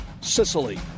Sicily